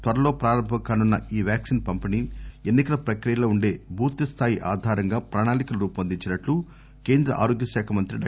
త్వరలో ప్రారంభం కానున్న ఈ వ్యాక్సిన్ పంపిణీ ఎన్నికల ప్రక్రియలో ఉండే బూత్స్తాయి ఆధారంగా ప్రణాళికను రూపొందించినట్లు కేంద్ర ఆరోగ్యశాఖ మంత్రి డా